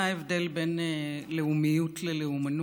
אתם יודעים מה ההבדל בין לאומיות ללאומנות?